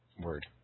word